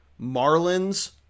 Marlins